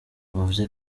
avuze